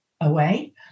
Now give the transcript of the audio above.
away